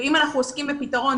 אם אנחנו עוסקים בפתרון,